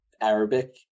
arabic